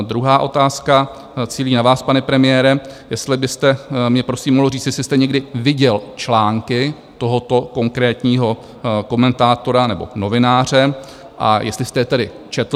Druhá otázka cílí na vás, pane premiére, jestli byste mi prosím mohl říct, jestli jste někdy viděl články tohoto konkrétního komentátora nebo novináře, a jestli jste je tedy četl?